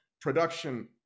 production